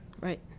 Right